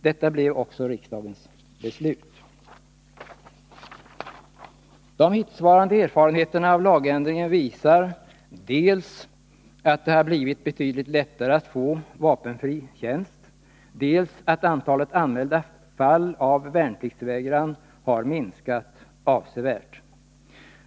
Detta blev också riksdagens beslut. De hittillsvarande erfarenheterna av lagändringen visar dels att det har blivit betydligt lättare att få vapenfri tjänst, dels att antalet anmälda fall av värnpliktsvägran har minskat avsevärt.